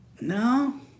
No